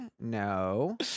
No